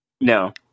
No